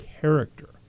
character